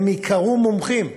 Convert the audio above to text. שהם ייקראו "מומחים",